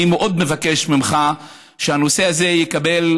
אני מאוד מבקש ממך שהנושא הזה יקבל,